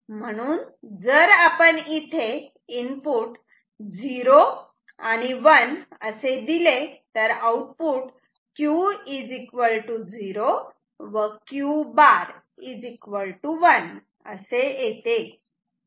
म्हणून जर आपण इथे हे इनपुट 0 आणि 1 असे दिले तर आउटपुट Q 0 व Q बार 1 असे येते